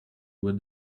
with